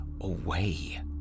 away